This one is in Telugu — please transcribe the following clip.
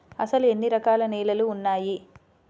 అసలు ఎన్ని రకాల నేలలు వున్నాయి?